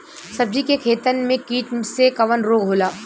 सब्जी के खेतन में कीट से कवन रोग होला?